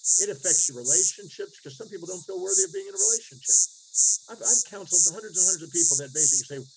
it affects your relationships. cause some people don't feel worthy of being in a relationship i've, i've counseled to hundreds and hundreds of people that basically say,